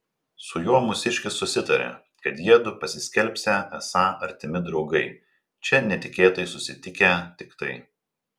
su juo mūsiškis susitarė kad jiedu pasiskelbsią esą artimi draugai čia netikėtai susitikę tiktai